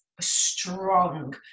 strong